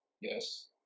Yes